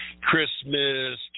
Christmas